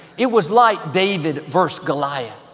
it was like david versus goliath.